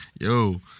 Yo